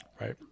Right